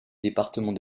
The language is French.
département